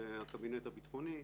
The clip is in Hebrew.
שזה הקבינט הביטחוני,